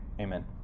amen